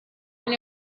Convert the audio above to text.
and